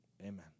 Amen